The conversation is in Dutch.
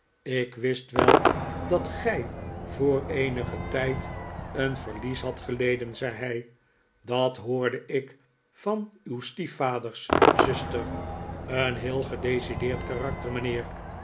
ik wist wel dat gij voor eenigen tijd een verlies hadt geleden zei hij dat hoorde ik van uw stiefvaders zuster een heel gedecideerd karakter mijnheer